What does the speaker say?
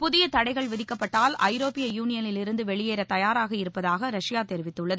புதிய தடைகள் விதிக்கப்பட்டால் ஐரோப்பிய யூனியனிலிருந்து வெளியேற தயாராக இருப்பதாக ரஷ்யா தெரிவித்துள்ளது